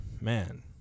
man